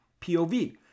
POV